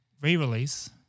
re-release